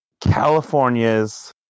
California's